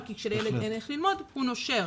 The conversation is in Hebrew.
כי כשלילד אין איך ללמוד, הוא נושר.